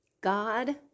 God